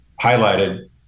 highlighted